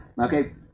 okay